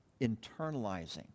internalizing